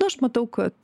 nu aš matau kad